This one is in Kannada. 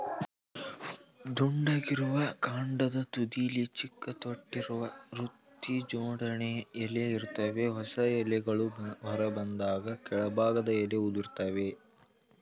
ದುಂಡಗಿರುವ ಕಾಂಡದ ತುದಿಲಿ ಚಿಕ್ಕ ತೊಟ್ಟಿರುವ ವೃತ್ತಜೋಡಣೆ ಎಲೆ ಇರ್ತವೆ ಹೊಸ ಎಲೆಗಳು ಹೊರಬಂದಾಗ ಕೆಳಭಾಗದ ಎಲೆ ಉದುರ್ತವೆ